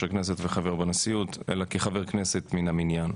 הכנסת וחבר בנשיאות אלא כחבר כנסת מן המניין: